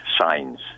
signs